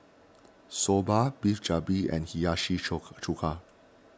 Soba Beef Galbi and Hiyashi Chuka